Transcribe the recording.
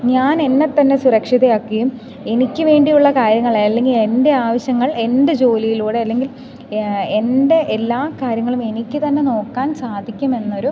ഞാൻ എന്നെത്തന്നെ സുരക്ഷിതയാക്കിയും എനിക്ക് വേണ്ടിയുള്ള കാര്യങ്ങൽ അല്ലെങ്കിൽ എൻ്റെ ആവശ്യങ്ങൾ എൻ്റെ ജോലിയിലൂടെ അല്ലെങ്കിൽ എൻ്റെ എല്ലാ കാര്യങ്ങളും എനിക്കു തന്നെ നോക്കാൻ സാധിക്കുമെന്നൊരു